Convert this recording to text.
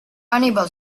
unable